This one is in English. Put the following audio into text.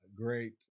great